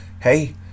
hey